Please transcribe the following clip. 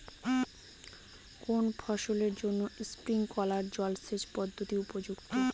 কোন ফসলের জন্য স্প্রিংকলার জলসেচ পদ্ধতি উপযুক্ত?